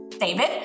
David